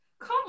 come